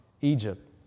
Egypt